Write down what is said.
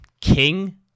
King